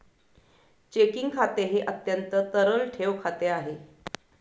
checking खाते हे अत्यंत तरल ठेव खाते आहे